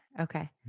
okay